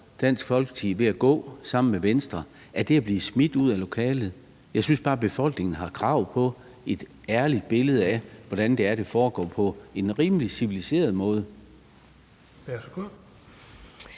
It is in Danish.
Dansk Folkeparti ved at gå ud sammen med Venstre. Er det at blive smidt ud af lokalet? Jeg synes bare, at befolkningen har krav på et ærligt billede af, hvordan det foregår, og det er på en rimelig civiliseret måde.